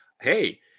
hey